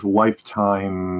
lifetime